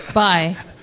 bye